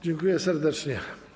Dziękuję serdecznie.